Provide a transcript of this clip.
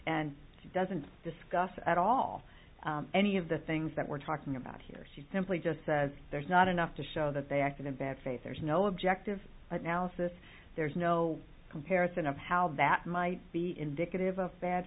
and doesn't discuss at all any of the things that we're talking about here she simply just says there's not enough to show that they acted in bad faith there's no objective analysis there's no comparison of how that might be indicative of bad